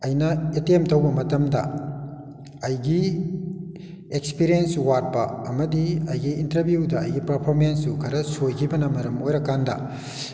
ꯑꯩꯅ ꯑꯦꯇꯦꯝ ꯇꯧꯕ ꯃꯇꯝꯗ ꯑꯩꯒꯤ ꯑꯦꯛꯁꯄꯤꯔꯦꯌꯦꯟꯁ ꯋꯥꯠꯄ ꯑꯃꯗꯤ ꯑꯩꯒꯤ ꯏꯟꯇꯔꯚꯤꯌꯨꯗ ꯑꯩꯒꯤ ꯄꯔꯐꯣꯃꯦꯟꯁꯁꯨ ꯈꯔ ꯁꯣꯏꯈꯤꯕꯅ ꯃꯔꯝ ꯑꯣꯏꯔꯀꯥꯟꯗ